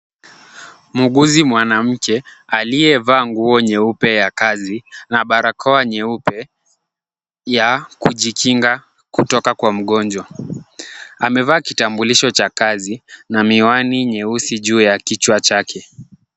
Muuguzi mwanamke aliyevaa nguo nyeupe ya kazi na barakoa nyeupe ya kujikinga kutoka kwa mgonjwa. Amevaa kitambulisho cha kazi na miwani nyeusi juu ya kichwa chake.